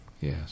Yes